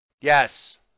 yes